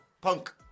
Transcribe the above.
Punk